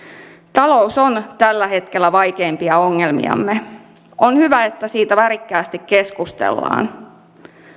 talous on tällä hetkellä vaikeimpia ongelmiamme on hyvä että siitä värikkäästi keskustellaan